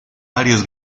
varios